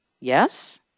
Yes